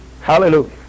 Hallelujah